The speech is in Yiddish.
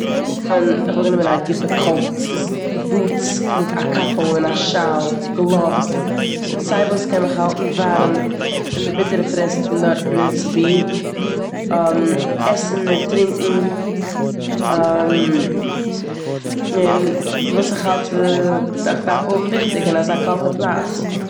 כ'וואלט גענומען א גוטע קאוט, בוטס, מיט א קאפל און א שאל, גלאווס. סיי וואס קען מיך האלטן ווארעם פון די ביטערע פרעסטן דארטן אין סיביר. עסן און טרונקען, און וואס איך האלט סע- איך דארף האבן וויכטיג און אזא קאלטע פלאץ.